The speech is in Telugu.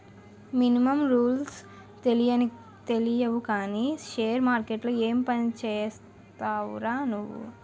మినిమమ్ రూల్సే తెలియవు కానీ షేర్ మార్కెట్లో ఏం పనిచేస్తావురా నువ్వు?